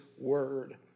Word